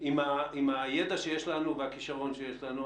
עם הידע והכישרון שיש לנו,